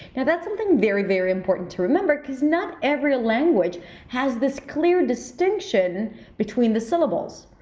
yeah that's something very, very important to remember because not every language has this clear distinction between the syllables.